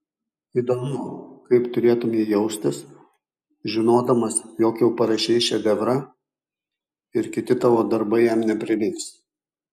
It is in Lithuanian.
įdomu kaip turėtumei jaustis žinodamas jog jau parašei šedevrą ir kiti tavo darbai jam neprilygs